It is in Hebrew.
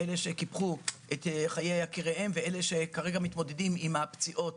הן עם זכון היקירים והן ההתמודדות עם הפציעות